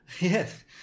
yes